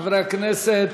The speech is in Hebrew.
חברי הכנסת,